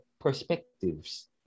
perspectives